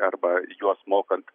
arba juos mokant